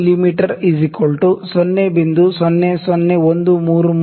me 0